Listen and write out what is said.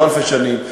לא אלפי שנים,